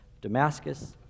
Damascus